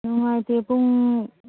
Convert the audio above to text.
ꯅꯨꯡꯉꯥꯏꯇꯦ ꯄꯨꯡ